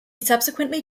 subsequently